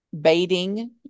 baiting